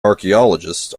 archaeologists